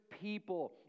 people